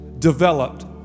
developed